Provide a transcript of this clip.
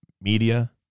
media